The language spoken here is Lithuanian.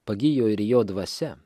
pagijo ir jo dvasia